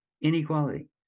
inequality